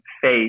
faith